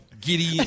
giddy